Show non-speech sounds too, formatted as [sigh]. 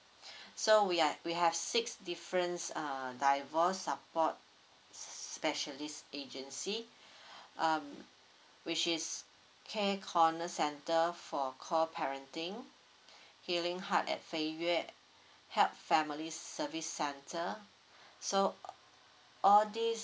[breath] so we are we have six different uh divorce support s~ specialist agency [breath] um which is care corner centre for co parenting [breath] healing heart at fei yue help family s~ service centre [breath] so uh all these